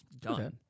done